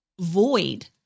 void